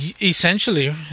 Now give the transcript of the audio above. Essentially